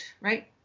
right